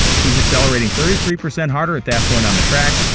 he's accelerating thirty three percent harder at that point on the track,